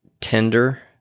tender